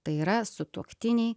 tai yra sutuoktiniai